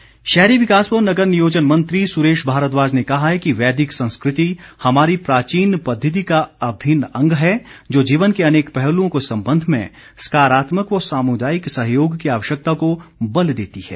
भारद्वाज शहरी विकास व नगर नियोजन मंत्री सुरेश भारद्वाज ने कहा है कि वैदिक संस्कृति हमारी प्राचीन पद्धति का अभिन्न अंग है जो जीवन के अनेक पहलुओं के संबध में सकारात्मक व सामुदायिक सहयोग की आवश्यकता को बल देती है